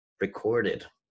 recorded